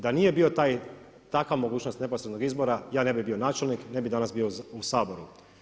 Da nije bila takva mogućnost neposrednog izbora ja ne bi bio načelnik, ne bi danas bio u Saboru.